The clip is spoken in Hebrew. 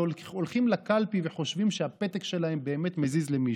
שהולכים לקלפי וחושבים שהפתק שלהם באמת מזיז למישהו.